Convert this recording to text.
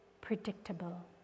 predictable